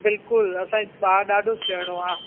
बिल्कुलु असांजो ॿार ॾाढो सुहिणो आहे